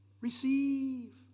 Receive